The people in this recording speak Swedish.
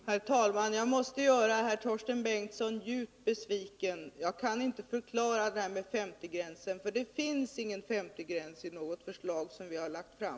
Herr talman! Jag måste göra herr Torsten Bengtson djupt besviken. Jag kan inte förklara det här med 50-gränsen, för det finns ingen 50-gräns i något förslag som vi har lagt fram.